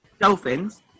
Dolphins